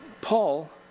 Paul